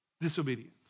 Disobedience